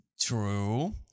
True